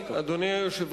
אני לא מבין על מה הוא מדבר.